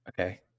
Okay